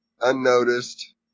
unnoticed